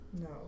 No